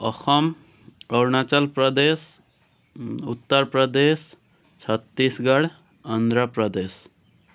Assam Arunachal Pradesh Uttar Pradesh Chhattisgarh Andhra Pradesh